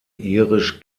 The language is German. irisch